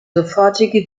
sofortige